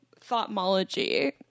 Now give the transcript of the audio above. thoughtmology